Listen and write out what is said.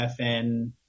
FN